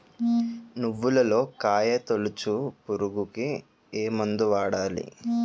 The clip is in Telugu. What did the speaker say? నువ్వులలో కాయ తోలుచు పురుగుకి ఏ మందు వాడాలి?